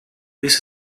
this